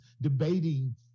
debating